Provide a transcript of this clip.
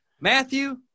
Matthew